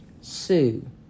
Sue